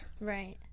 Right